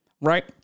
right